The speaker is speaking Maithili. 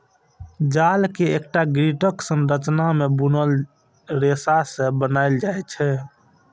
जाल कें एकटा ग्रिडक संरचना मे बुनल रेशा सं बनाएल जाइ छै